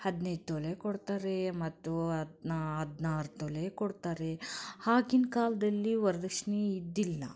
ಹದಿನೈದು ತೊಲ ಕೊಡ್ತಾರೆ ಮತ್ತು ಹದಿನಾರು ತೊಲ ಕೊಡ್ತಾರೆ ಆಗಿನ ಕಾಲದಲ್ಲಿ ವರ್ದಕ್ಷಿಣೆ ಇದ್ದಿಲ್ಲ